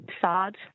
sad